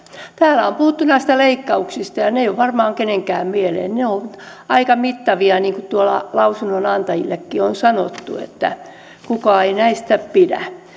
täällä on puhuttu näistä leikkauksista ja ja ne eivät ole varmaan kenenkään mieleen ne ovat aika mittavia niin kuin tuolla lausunnonantajillekin on sanottu että kukaan ei näistä pidä